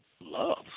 love